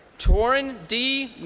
tauren d.